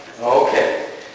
Okay